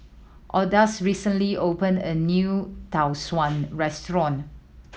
Odus recently opened a new Tau Suan restaurant